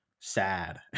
sad